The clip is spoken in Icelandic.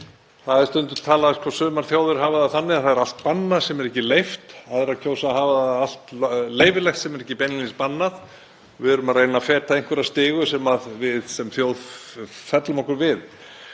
Það er stundum talað eins og sumar þjóðir hafi það þannig að það er allt bannað sem ekki er leyft, aðrar kjósa að hafa allt leyfilegt sem ekki er beinlínis bannað. Við erum að reyna að feta einhverja stigu sem við sem þjóð fellum okkur við.